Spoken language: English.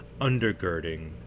undergirding